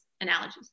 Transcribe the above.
analogies